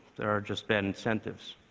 there are just bad incentives.